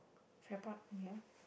Farrer-Park from here